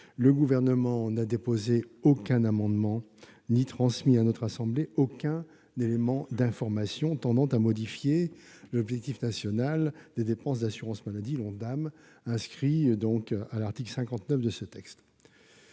le Gouvernement n'a déposé aucun amendement, ni transmis à notre assemblée le moindre élément d'information tendant à modifier l'objectif national de dépenses d'assurance maladie, l'Ondam, inscrit à l'article 59 de ce texte.